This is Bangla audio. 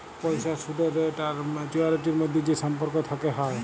পইসার সুদের রেট আর ম্যাচুয়ারিটির ম্যধে যে সম্পর্ক থ্যাকে হ্যয়